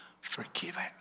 forgiven